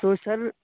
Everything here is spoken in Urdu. تو سر